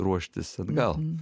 ruoštis atgal